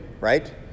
right